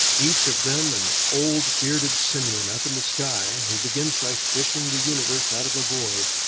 each of them an old bearded simian up in the sky, who begins by fishing the universe out of a void,